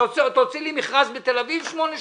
תוציא לי מכרז בתל אביב שמונה שנים.